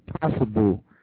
possible